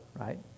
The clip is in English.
right